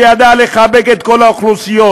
שידע לחבק את כל האוכלוסיות,